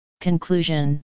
Conclusion